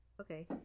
Okay